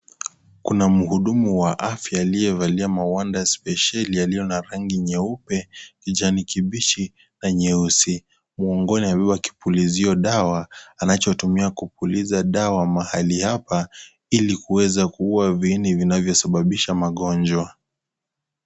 Kuna mhudumu wa afya aliyevalia mawanda spesheli yaliyo na rangi nyeupe, kijani kibichi na nyeusi. Mgongoni amebeba kipulizio dawa anacho tumia kupuliza dawa mahali hapa, Ili kuweza kuua viini vinavyo sababisha Magonjwa.